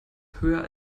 höher